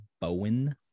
Bowen